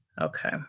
Okay